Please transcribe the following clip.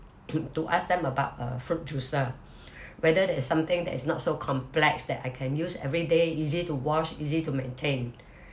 to to ask them about a fruit juicer whether there is something that is not so complex that I can use everyday easy to wash easy to maintain